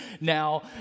now